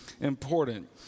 important